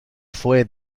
fue